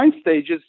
stages